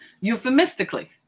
euphemistically